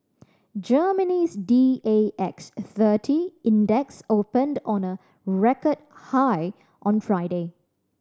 Germany's D A X thirty index opened on a record high on Friday